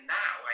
now